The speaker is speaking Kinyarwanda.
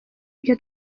byo